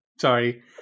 sorry